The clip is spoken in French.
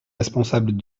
responsable